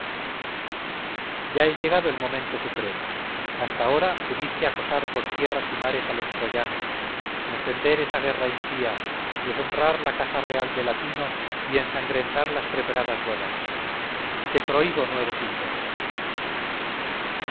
ya es llegado el momento supremo hasta ahora pudiste acosar por tierras y mares a los troyanos encender esa guerra impía deshonrar la casa real de latino y ensangrentar las preparadas bodas te prohíbo nuevos intentos